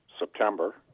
September